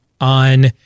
on